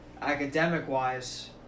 Academic-wise